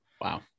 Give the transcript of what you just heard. Wow